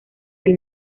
del